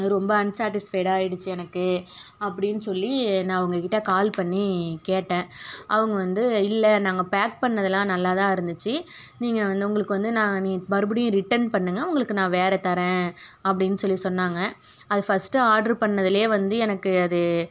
ரொம்ப அன்சேட்டிஸ்ஃபைடா ஆயிடுச்சு எனக்கு அப்படின்னு சொல்லி நான் அவங்க கிட்ட கால் பண்ணி கேட்டேன் அவங்க வந்து இல்லை நாங்க பேக் பண்ணதுலாம் நல்லாதான் இருந்துச்சு நீங்கள் வந்து உங்களுக்கு வந்து மறுபடியும் ரிட்டன் பண்ணுங்க உங்களுக்கு நான் வேறு தரேன் அப்படின்னு சொல்லி சொன்னாங்க அது ஃபஸ்ட்டு ஆட்ரு பண்ணதிலயே வந்து எனக்கு அது